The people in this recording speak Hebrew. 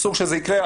אסור שזה יקרה.